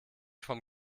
vom